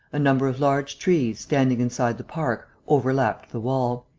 a number of large trees, standing inside the park, overlapped the wall.